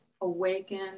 awaken